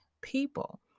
people